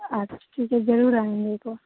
अच्छा ठीक है ज़रूर आएँगे एक बार